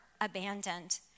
abandoned